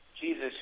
Jesus